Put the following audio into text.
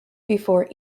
before